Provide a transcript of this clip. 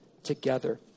together